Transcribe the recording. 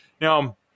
Now